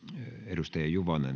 arvoisa